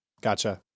Gotcha